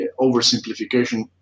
oversimplification